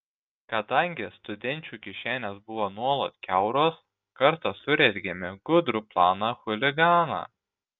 kadangi studenčių kišenės buvo nuolat kiauros kartą surezgėme gudrų planą chuliganą